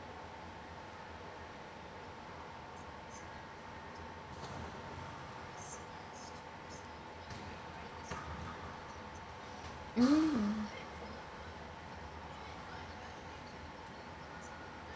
mm